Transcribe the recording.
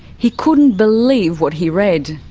he couldn't believe what he read.